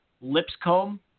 Lipscomb